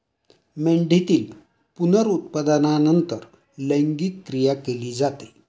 मेंढीतील पुनरुत्पादनानंतर लैंगिक क्रिया केली जाते